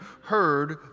heard